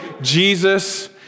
Jesus